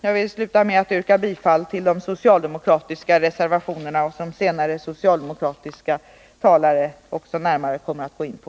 Jag slutar med att yrka bifall till de socialdemokratiska reservationerna, som senare socialdemokratiska talare närmare kommer att gå in på.